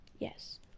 Yes